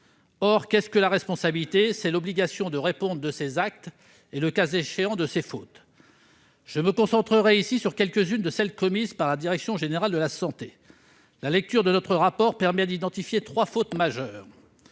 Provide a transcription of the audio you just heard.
Qu'est-ce que la responsabilité ? C'est l'obligation de répondre de ses actes et, le cas échéant, de ses fautes. Je me concentrerai ici sur quelques-unes de celles qui ont été commises par la DGS. La lecture de notre rapport permet d'identifier trois fautes majeures.